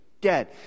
dead